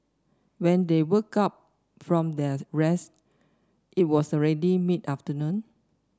when they woke up from their rest it was already mid afternoon